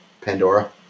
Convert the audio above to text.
Pandora